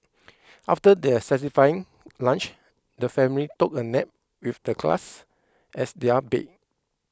after their satisfying lunch the family took a nap with the grass as their bed